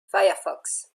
firefox